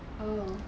oh